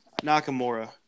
Nakamura